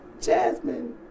Jasmine